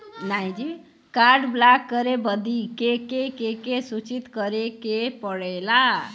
Card block करे बदी के के सूचित करें के पड़ेला?